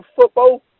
football